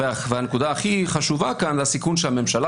והנקודה הכי חשובה כאן זה הסיכון שהממשלה